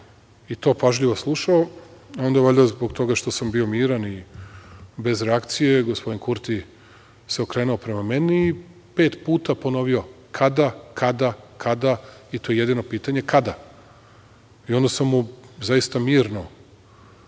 i to pažljivo slušao, onda valjda zbog toga što sam bio miran i bez reakcije, gospodin Kurti se okrenuo prema meni i pet puta ponovio – kada, kada, kada, i to je jedino pitanje – kada? Onda sam mu zaista mirno